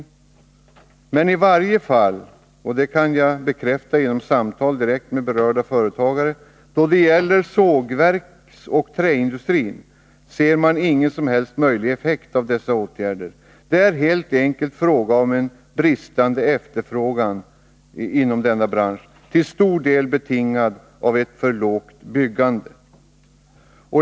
Efter samtal med berörda företagare kan jag tala om att man inom i varje fall sågverksindustrin och annan träindustri inte ser att någon som helst effekt av dessa åtgärder är möjlig. Det rör sig helt enkelt om bristande efterfrågan inom denna bransch, till stor del betingad av ett för lågt byggande.